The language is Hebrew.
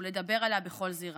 ולדבר עליה בכל זירה.